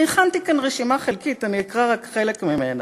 והכנתי כאן רשימה חלקית, אני אקרא רק חלק ממנה: